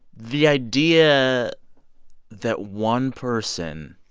the idea that one person